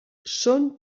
són